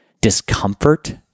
discomfort